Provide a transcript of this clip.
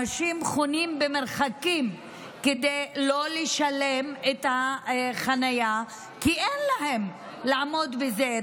אנשים חונים במרחקים כדי לא לשלם את החניה כי אין להם איך לעמוד בזה.